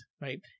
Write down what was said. right